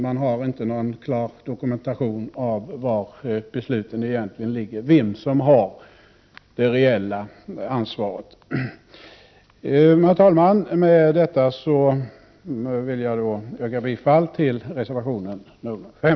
Det finns inte någon klar dokumentation över var beslutet egentligen fattats, vem som har det reella ansvaret. Herr talman! Med detta vill jag yrka bifall till reservation nr 5.